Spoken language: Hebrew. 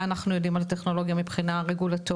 מה אנחנו יודעים על הטכנולוגיה מבחינה רגולטורית,